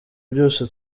byose